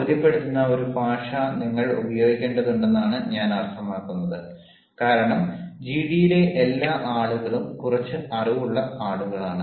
ബോധ്യപ്പെടുത്തുന്ന ഒരു ഭാഷ നിങ്ങൾ ഉപയോഗിക്കേണ്ടതുണ്ടെന്നാണ് ഞാൻ അർത്ഥമാക്കുന്നത് കാരണം ജിഡിയിലെ എല്ലാ ആളുകളും കുറച്ച് അറിവുള്ള ആളുകളാണ്